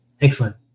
Excellent